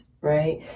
right